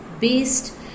based